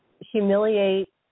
humiliate